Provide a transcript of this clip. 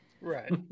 right